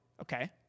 okay